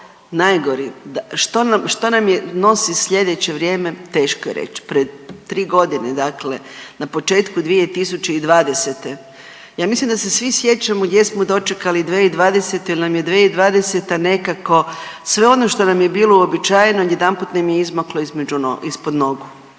nam, što nam nosi slijedeće vrijeme taško je reć. Pred 3.g. dakle na početku 2020. ja mislim da se svi sjećamo gdje smo dočekali 2020. jel nam je 2020. nekako sve ono što nam je bilo uobičajeno odjedanput nam je izmaklo ispod nogu.